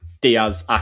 Diaz